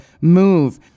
move